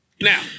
Now